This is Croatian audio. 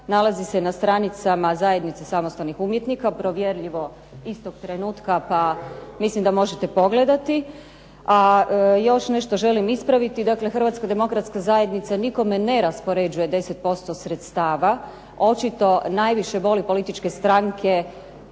nalazi se na stranicama Zajednice samostalnih umjetnika, provjerljivo istog trenutka pa mislim da možete pogledati. A još nešto želim ispraviti. Dakle, Hrvatska demokratska zajednica nikome ne raspoređuje 10% sredstava, očito najviše voli političke stranke,